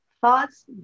thoughts